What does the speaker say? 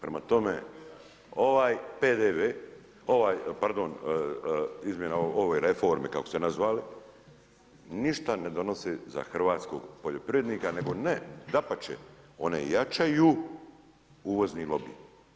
Prema tome, ovaj PDV, pardon, izmjena ove reforme, kako ste nazvali, ništa ne donosi za hrvatskog poljoprivrednika nego dapače, one jačaju uvozni lobi.